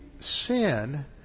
sin